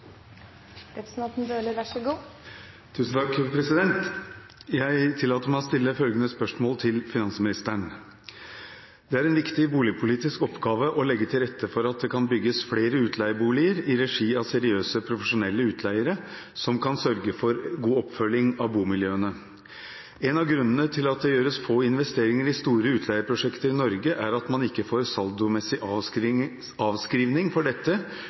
representanten Jan Bøhler til kommunal- og moderniseringsministeren, er overført til finansministeren som rette vedkommende. Jeg tillater meg å stille følgende spørsmål til finansministeren: «Det er en viktig boligpolitisk oppgave å legge til rette for at det kan bygges flere utleieboliger i regi av seriøse profesjonelle utleiere, som kan sørge for god oppfølging av bomiljøene. En av grunnene til at det gjøres få investeringer i store utleieprosjekter i Norge er at man ikke får saldomessig avskrivning for dette,